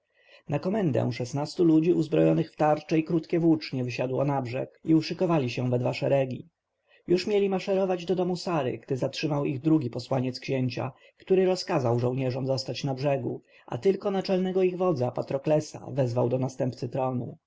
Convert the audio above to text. na komendę szesnastu ludzi uzbrojonych w tarcze i krótkie włócznie wysiadło na brzeg i uszykowali się we dwa szeregi już mieli maszerować do domu sary gdy zatrzymał ich drugi posłaniec księcia który rozkazał żołnierzom zostać na brzegu a tylko naczelnego ich wodza patroklesa wezwał do następcy tronu